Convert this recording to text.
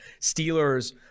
steelers